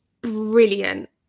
brilliant